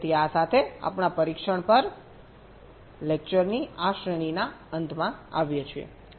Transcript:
તેથી આ સાથે આપણે પરીક્ષણ પર લેક્ચરની આ શ્રેણીના અંતમાં આવીએ છીએ